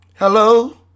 Hello